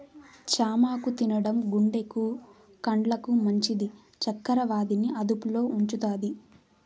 చామాకు తినడం గుండెకు, కండ్లకు మంచిది, చక్కర వ్యాధి ని అదుపులో ఉంచుతాది